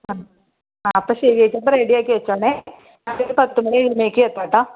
അപ്പം ശരി ചേച്ചി അപ്പോൾ റെഡിയാക്കി വെച്ചോണെ ഞാനൊരു പത്ത് മണി കഴിയുമ്പോത്തേക്ക് എന്റെ